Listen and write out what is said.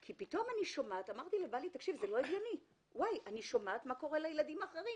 כי פתאום שמעתי אמרתי לבעלי: זה לא הגיוני מה קורה לילדים אחרים.